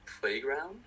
playground